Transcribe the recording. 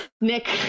Nick